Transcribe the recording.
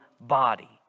body